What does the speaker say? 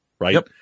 right